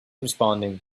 responding